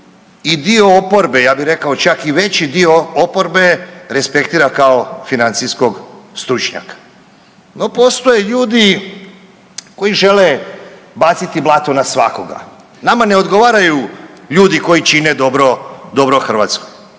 i dio oporbe, ja bi rekao čak i veći dio oporbe, respektira kao financijskog stručnjaka. No postoje ljudi koji žele baciti blato na svakoga. Nama ne odgovaraju ljudi koji čine dobro, dobro Hrvatskoj.